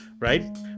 right